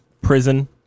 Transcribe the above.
prison